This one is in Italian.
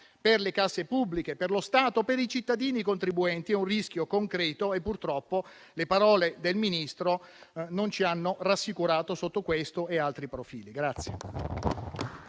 per le casse pubbliche, per lo Stato e per i cittadini contribuenti è un rischio concreto e purtroppo le parole del Ministro non ci hanno rassicurato sotto questo e altri profili.